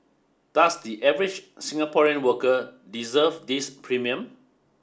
does the average Singaporean worker deserve this premium